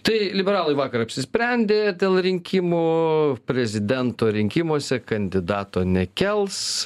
tai liberalai vakar apsisprendė dėl rinkimų prezidento rinkimuose kandidato nekels